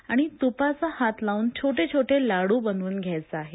आणि तुपाचा हात लावून छोटे छोट लाडू बनवून घ्यायचे आहेत